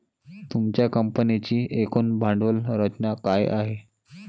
तुमच्या कंपनीची एकूण भांडवल रचना काय आहे?